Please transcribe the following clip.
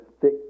thick